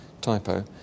typo